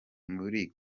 muri